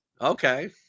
Okay